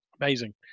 amazing